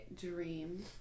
dream